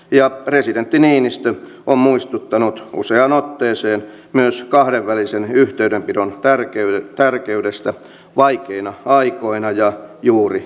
ja presidentti niinistö on muistuttanut useaan otteeseen myös kahdenvälisen yhteydenpidon tärkeydestä vaikeina aikoina ja juuri silloin